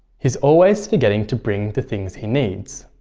he's always forgetting to bring the things he needs.